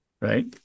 Right